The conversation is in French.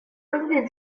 comme